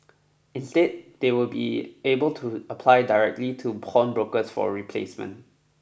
instead they will be able to apply directly to pawnbrokers for a replacement